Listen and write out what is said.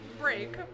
Break